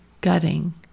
gutting